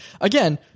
again